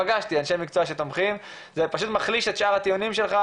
פגשתי אנשי מקצוע שתומכים וזה פשוט מחליש את שאר הטיעונים שלך,